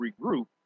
regroup